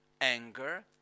anger